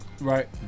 right